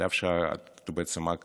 אף שבעצם רק